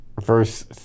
verse